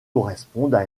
correspondent